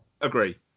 Agree